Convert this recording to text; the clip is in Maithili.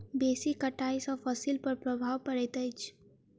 बेसी कटाई सॅ फसिल पर प्रभाव पड़ैत अछि